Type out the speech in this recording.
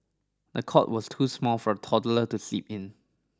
the cot was too small for the toddler to sleep in